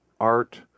art